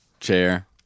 Chair